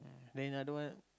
then otherwise